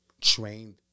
trained